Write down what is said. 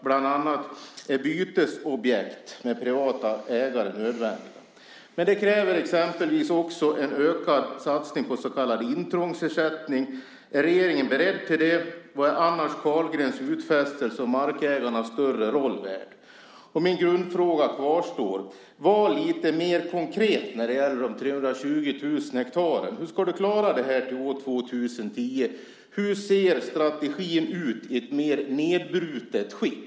Bland annat är objekt att byta med privata ägare nödvändiga. Men det krävs också en ökad satsning på så kallad intrångsersättning. Är regeringen beredd till det? Vad är annars Carlgrens utfästelse om markägarnas större roll värd? Min grundfråga kvarstår. Var lite mer konkret när det gäller de 320 000 hektaren! Hur ska du klara det här till år 2010? Hur ser strategin ut i ett mer nedbrutet skick?